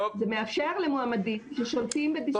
אנחנו מאפשרים לו לגשת ---.